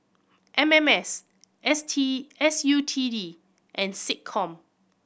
M M S T S U T D and SecCom